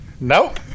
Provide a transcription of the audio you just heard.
Nope